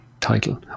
title